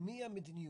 להטמיע מדיניות.